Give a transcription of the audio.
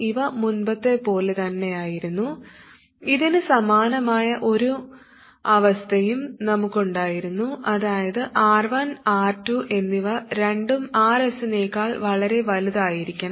ഇവ മുമ്പത്തെപ്പോലെ തന്നെയായിരുന്നു ഇതിന് സമാനമായ ഒരു അവസ്ഥയും നമുക്കുണ്ടായിരുന്നു അതായത് R1 R2 എന്നിവ രണ്ടും Rs നേക്കാൾ വളരെ വലുതായിരിക്കണം